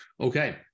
Okay